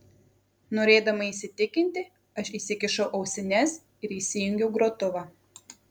norėdama įsitikinti aš įsikišau ausines ir įsijungiau grotuvą